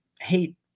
hate